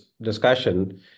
discussion